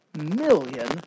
million